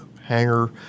hangar